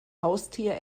haustier